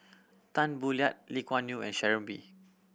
Tan Boo Liat Lee Kuan Yew and Sharon Wee